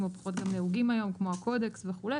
או פחות נהוגים היום כמו הקודקס וכו',